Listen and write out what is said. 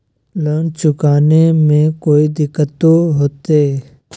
Loan चुकाने में कोई दिक्कतों होते?